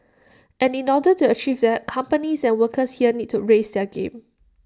and in order to achieve that companies and workers here need to raise their game